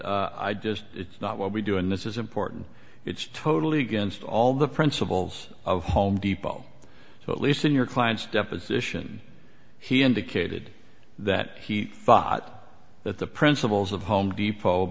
i just it's not what we do and this is important it's totally against all the principles of home depot so at least in your client's deposition he indicated that he thought that the principals of home depot